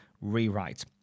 rewrite